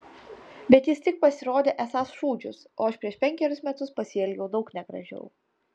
bet jis tik pasirodė esąs šūdžius o aš prieš penkerius metus pasielgiau daug negražiau